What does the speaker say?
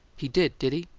he did, did he?